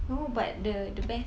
you know but the the best